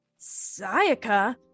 Sayaka